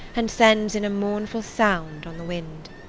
and sends in a mournful sound on the wind.